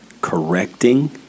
correcting